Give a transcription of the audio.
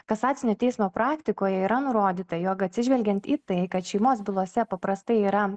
kasacinio teismo praktikoje yra nurodyta jog atsižvelgiant į tai kad šeimos bylose paprastai yra